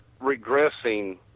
regressing